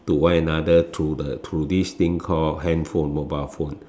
to one another through the through this thing called handphone mobile phone